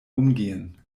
umgehen